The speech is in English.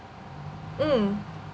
mm